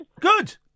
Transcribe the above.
Good